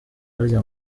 harya